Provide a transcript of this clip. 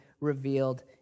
revealed